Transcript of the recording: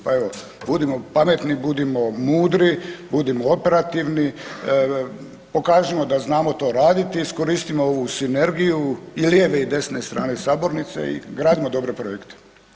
Pa evo budimo pametni, budimo mudri, budimo operativni, pokažimo da znamo to raditi, iskoristimo ovu sinergiju i lijeve i desne strane sabornice i gradimo dobre projekte.